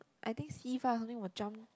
I think c-five or something would jump